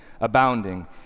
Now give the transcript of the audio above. abounding